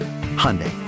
Hyundai